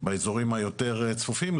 באזורים היותר צפופים.